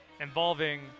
involving